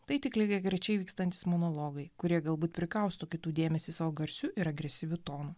tai tik lygiagrečiai vykstantys monologai kurie galbūt prikausto kitų dėmesį savo garsiu ir agresyviu tonu